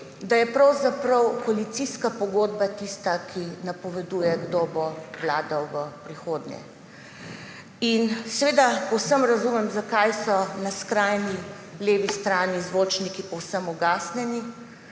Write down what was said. da je pravzaprav koalicijska pogodba tista, ki napoveduje, kdo bo vladal v prihodnje. Seveda povsem razumem, zakaj so na skrajni levi strani zvočniki povsem ugasnjeni.